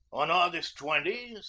on august twenty,